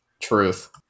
Truth